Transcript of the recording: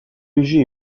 léger